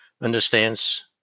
understands